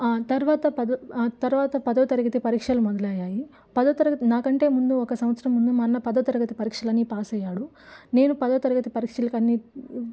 తర్వాత పదో తర్వాత పదో తరగతి పరీక్షలు మొదలయ్యాయి పదో తరగతి నాకంటే ముందు ఒక సంవత్సరం ముందు మా అన్న పదో తరగతి పరీక్షలన్నీ పాస్ అయ్యాడు నేను పదో తరగతి పరీక్షలకి అన్ని